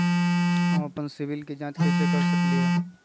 हम अपन सिबिल के जाँच कइसे कर सकली ह?